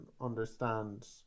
understand